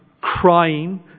crying